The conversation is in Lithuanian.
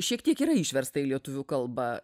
šiek tiek yra išversta į lietuvių kalbą